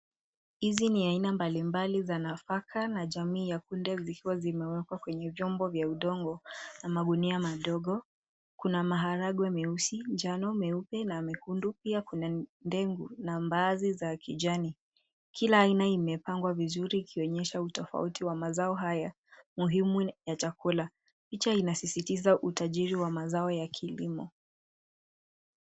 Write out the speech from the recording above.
Hizi ni aina mbalimbali za nafaka na jamii ya kunde ambazo zimehifadhiwa kwenye vyombo vya udongo na magunia madogo. Zimejumuisha maharagwe meusi, ya manjano, meupe na mekundu, pamoja na kunde na mbaazi za kijani. Kila aina imepangwa kwa umakini kuonyesha utofauti wa mazao haya, ambayo ni muhimu kwa chakula. Hii inasisitiza utajiri wa mazao ya kilimo